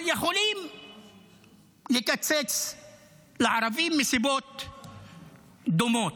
אבל יכולים לקצץ לערבים מסיבות דומות.